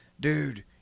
dude